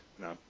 No